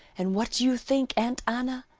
and what do you think, aunt anna,